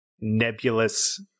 nebulous